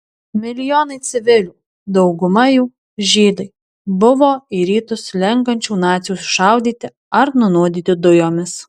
milijonai civilių dauguma jų žydai buvo į rytus slenkančių nacių sušaudyti ar nunuodyti dujomis